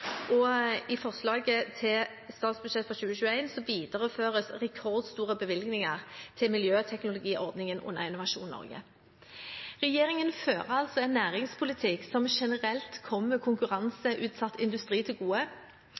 I forslaget til statsbudsjett for 2021 videreføres rekordstore bevilgninger til miljøteknologiordningen under Innovasjon Norge. Regjeringen fører altså en næringspolitikk som generelt kommer konkurranseutsatt industri til gode.